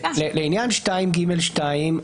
לעניין 2ג(2),